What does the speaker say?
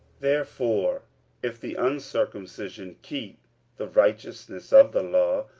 therefore if the uncircumcision keep the righteousness of the law,